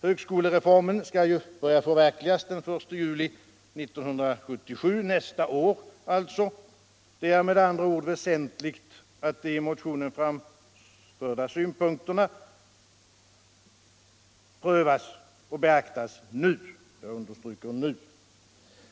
Hägskolereformen skall ju börja förverkligas den I juli nästa år. Det är med andra ord väsentligt att i motionen framförda synpunkter prövas och beaktas nu.